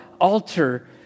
altar